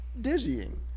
dizzying